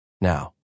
now